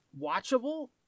watchable